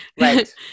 Right